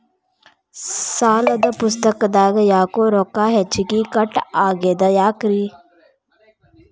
ಸಾಲದ ಪುಸ್ತಕದಾಗ ಯಾಕೊ ರೊಕ್ಕ ಹೆಚ್ಚಿಗಿ ಕಟ್ ಆಗೆದ ಯಾಕ್ರಿ?